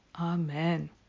Amen